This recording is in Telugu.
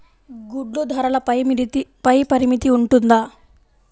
గుడ్లు ధరల పై పరిమితి ఉంటుందా?